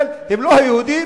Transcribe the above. כאג'נדה,